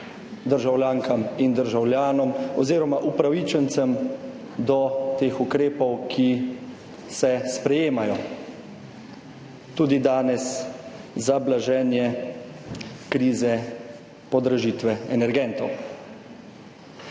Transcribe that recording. državljankam in državljanom oziroma upravičencem do teh ukrepov, ki se sprejemajo tudi danes za blaženje krize podražitve energentov.